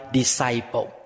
disciple